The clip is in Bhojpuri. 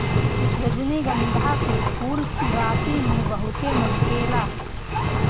रजनीगंधा के फूल राती में बहुते महके ला